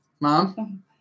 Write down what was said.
Mom